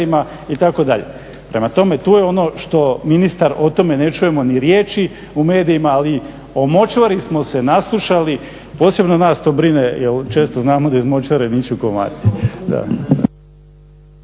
itd. Prema tome, tu je ono što ministar o tome ne čujemo ni riječi u medijima. Ali o močvari smo se naslušali, posebno nas to brine jer često znamo da iz močvare niču komarci.